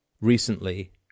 recently